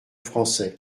français